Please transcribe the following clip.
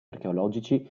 archeologici